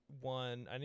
one